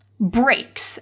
breaks